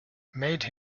made